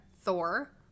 Thor